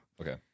Okay